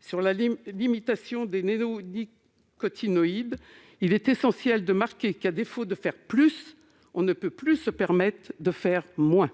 concernant la limitation des néonicotinoïdes, il est essentiel d'inscrire dans la Constitution que, à défaut de faire plus, on ne peut plus se permettre de faire moins.